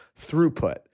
throughput